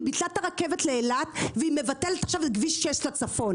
היא ביטלה את הרכבת לאילת ועכשיו מבטלת את כביש 6 לצפון.